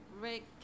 rick